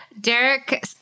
Derek